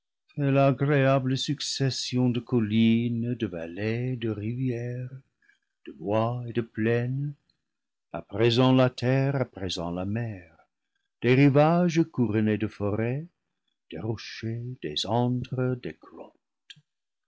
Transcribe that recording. agréable succession de collines de vallées de rivières de bois et de plaines à présent la terre à présent la mer des rivages couronnés de forêts des rochers des